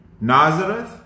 Nazareth